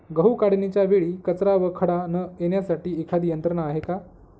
गहू काढणीच्या वेळी कचरा व खडा न येण्यासाठी एखादी यंत्रणा आहे का?